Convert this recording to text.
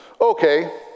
Okay